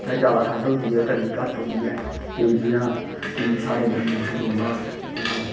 इत्थै जैदा ठंड होंदी ऐ गर्मी घट्ट होंदी ऐ ते जि'यां साढ़े इद्धर मोसम रोंह्दा